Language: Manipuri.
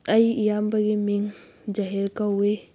ꯑꯩꯒꯤ ꯏꯌꯥꯝꯕꯒꯤ ꯃꯤꯡ ꯖꯍꯤꯔ ꯀꯧꯏ